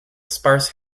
sparse